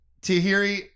Tahiri